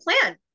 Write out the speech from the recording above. plan